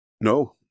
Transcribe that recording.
No